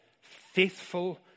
Faithful